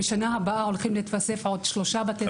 בשנה הזאת הולכים להתווסף עוד שלושה בתי ספר.